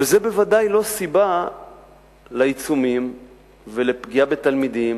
וזה בוודאי לא סיבה לעיצומים ולפגיעה בתלמידים